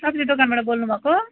सब्जी दोकानबाट बोल्नु भएको